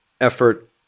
effort